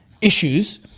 issues